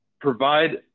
provide